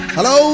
Hello